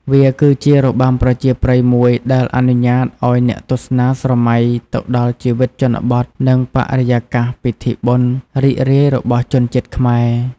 វាគឺជារបាំប្រជាប្រិយមួយដែលអនុញ្ញាតឲ្យអ្នកទស្សនាស្រមៃទៅដល់ជីវិតជនបទ និងបរិយាកាសពិធីបុណ្យរីករាយរបស់ជនជាតិខ្មែរ។